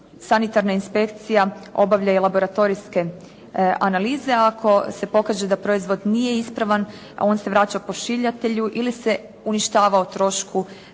sanitarna inspekcija obavlja i laboratorijske analize. Ako se pokaže da proizvod nije ispravan, on se vraća pošiljatelju ili se uništava o trošku